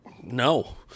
No